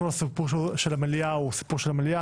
כל הסיפור של המליאה הוא סיפור של המליאה,